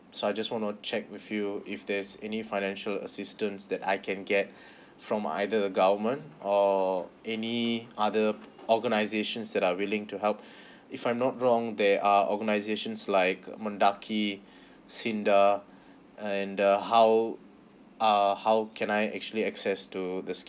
so I just want you know check with you if there's any financial assistance that I can get from either a government or any other organisations that are willing to help if I'm not wrong there are organisations like mendaki sinta and the how how can I actually access to the